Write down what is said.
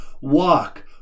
walk